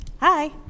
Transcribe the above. Hi